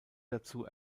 dazu